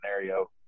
scenario